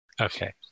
Okay